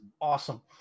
awesome